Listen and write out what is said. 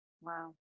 Wow